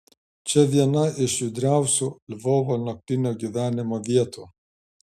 čia viena iš judriausių lvovo naktinio gyvenimo vietų